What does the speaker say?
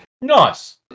Nice